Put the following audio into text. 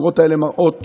המראות האלה הם מראות